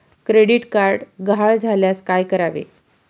Credit card गहाळ झाल्यास काय करावे?